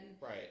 right